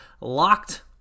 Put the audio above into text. locked